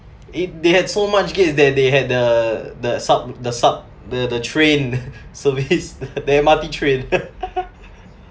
it they had so much gates that they had the the sub the sub the the train service the M_R_T train